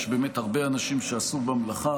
יש באמת הרבה אנשים שעסקו במלאכה,